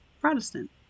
Protestant